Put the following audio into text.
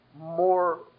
More